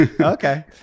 Okay